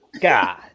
God